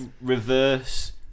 reverse